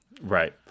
Right